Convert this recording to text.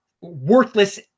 Worthless